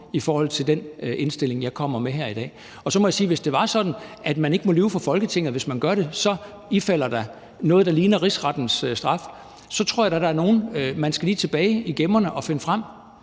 på mig med den indstilling, jeg kommer med her i dag. Så må jeg sige, at hvis det er sådan, at man ikke må lyve for Folketinget, og at man, hvis man gør det, ifalder noget, der ligner Rigsrettens straf, så tror jeg da, der er nogle, man lige skal tilbage i gemmerne og finde frem.